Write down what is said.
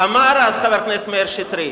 אמר אז חבר הכנסת מאיר שטרית: